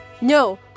No